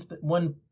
one